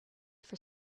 for